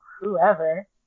whoever